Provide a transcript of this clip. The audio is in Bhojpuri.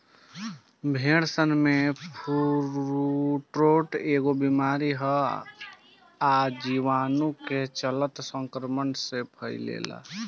भेड़सन में फुट्रोट एगो बिमारी हवे आ इ जीवाणु के चलते संक्रमण से फइले ला